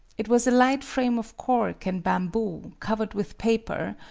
it was a light frame of cork and bamboo, covered with paper,